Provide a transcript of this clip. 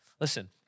Listen